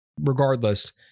Regardless